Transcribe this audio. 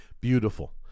beautiful